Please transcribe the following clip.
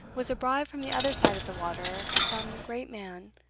was a bribe from the other side of the water for some great man,